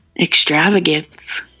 extravagance